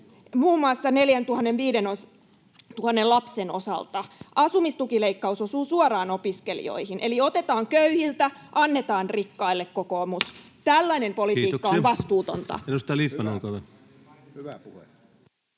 muun muassa 4 500 lapsen osalta. Asumistukileikkaus osuu suoraan opiskelijoihin, eli otetaan köyhiltä, annetaan rikkaille, kokoomus. Tällainen politiikka on vastuutonta.